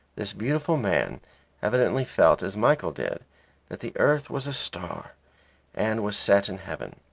this beautiful man evidently felt as michael did that the earth was a star and was set in heaven.